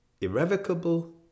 irrevocable